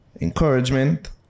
encouragement